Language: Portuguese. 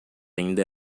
ainda